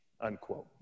unquote